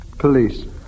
Police